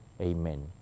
Amen